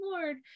Lord